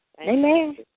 Amen